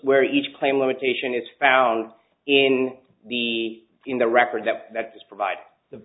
where each claim limitation is found in the in the record that that's provide the